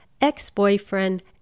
ex-boyfriend